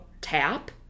tap